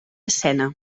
escena